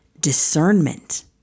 discernment